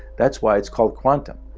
that's why it's called quantum.